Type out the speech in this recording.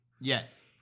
yes